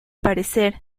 parecer